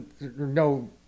no